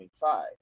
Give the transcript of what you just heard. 25